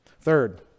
Third